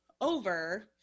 over